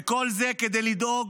וכל זה כדי לדאוג,